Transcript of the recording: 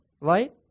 Right